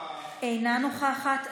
אינה נוכחת.